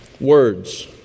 Words